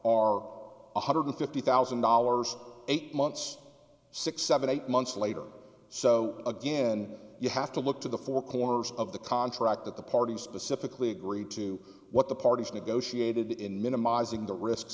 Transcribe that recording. one hundred fifty thousand dollars eight months six seven eight months later so again you have to look to the four corners of the contract that the parties specifically agree to what the parties negotiated in minimizing the risks